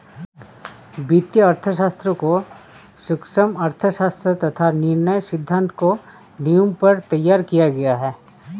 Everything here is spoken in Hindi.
वित्तीय अर्थशास्त्र को सूक्ष्म अर्थशास्त्र तथा निर्णय सिद्धांत की नींव पर तैयार किया गया है